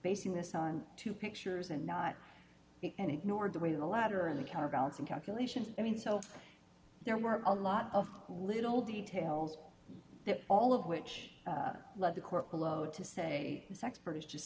basing this on two pictures and not and ignored the way the latter in the counterbalancing calculations i mean so there were a lot of little details that all of which led the court below to say this expert is just